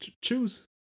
Choose